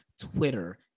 Twitter